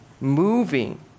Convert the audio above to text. moving